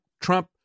Trump